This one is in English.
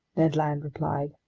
ned land replied.